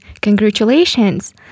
congratulations